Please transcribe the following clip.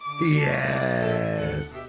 Yes